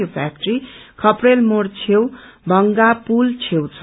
यो फ्याक्ट्री खपेल मोड़ छेउ भांगापुल छेउ छ